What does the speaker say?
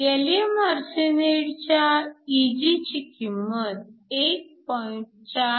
gallium आर्सेनाईडच्या Eg ची किंमत 1